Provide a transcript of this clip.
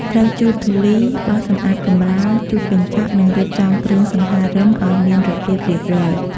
ត្រូវជូតធូលី បោសសំអាតកម្រាល ជូតកញ្ចក់ និងរៀបចំគ្រឿងសង្ហារឹមឱ្យមានរបៀបរៀបរយ។